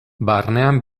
barnean